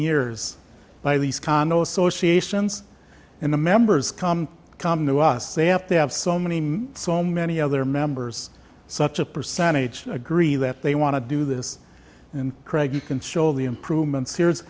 years by these condo associations and the members come come to us they have to have so many so many other members such a percentage agree that they want to do this and craig you can show the improvements